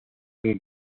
que